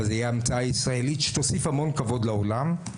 אבל זו תהיה המצאה ישראלית שתוסיף המון כבוד לעולם,